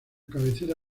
cabecera